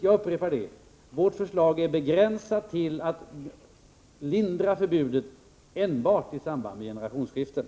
Jag upprepar: Vårt förslag är begränsat till att lindra förbudet enbart i samband med generationsskiften.